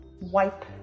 wipe